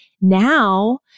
Now